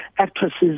actresses